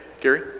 Gary